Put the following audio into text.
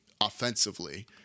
offensively